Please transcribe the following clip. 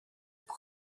που